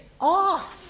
off